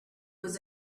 was